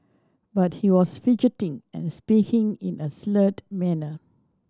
but he was fidgeting and speaking in a slurred manner